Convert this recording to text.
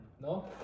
No